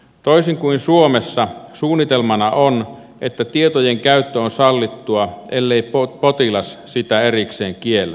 toisin kuin suomessa suunnitelmana on että tietojen käyttö on sallittua ellei potilas sitä erikseen kiellä